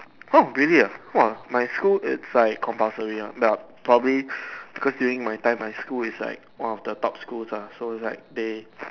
home really ya !woah! my school it's like compulsory ah but probably because during my time my school is like one of the top school ah so it's like they